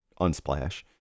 Unsplash